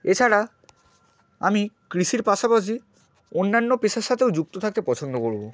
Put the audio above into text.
এছাড়া আমি কৃষির পাশাপাশি অন্যান্য পেশার সাথেও যুক্ত থাকতে পছন্দ করবো